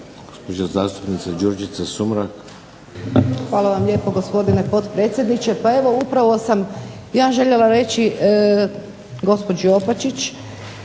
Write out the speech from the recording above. Hvala vam lijepo, gospodine potpredsjedniče. Pa evo upravo sam ja željela reći gospođi Opačić